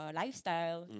lifestyle